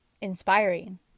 inspiring